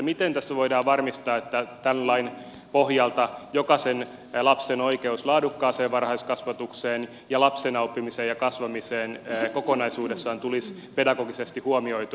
miten tässä voidaan varmistaa että tämän lain pohjalta jokaisen lapsen oikeus laadukkaaseen varhaiskasvatukseen ja lapsena oppimiseen ja kasvamiseen kokonaisuudessaan tulisi pedagogisesti huomioitua